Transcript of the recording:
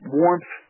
warmth